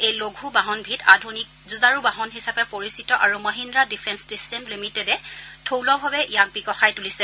এই লঘু বাহনবিধ আধুনিক যুঁজাৰু বাহন হিচাপে পৰিচিত আৰু মহিদ্ৰা ডিফেন্স ছিছটেম লিমিটেডে থলুৱাভাৱে ইয়াক বিকশাই তুলিছে